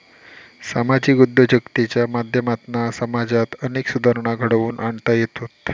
सामाजिक उद्योजकतेच्या माध्यमातना समाजात अनेक सुधारणा घडवुन आणता येतत